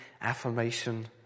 affirmation